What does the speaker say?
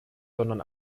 sondern